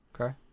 Okay